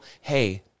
hey